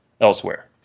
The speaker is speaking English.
elsewhere